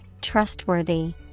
trustworthy